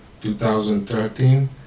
2013